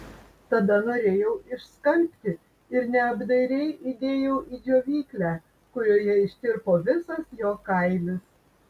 tada norėjau išskalbti ir neapdairiai įdėjau į džiovyklę kurioje ištirpo visas jo kailis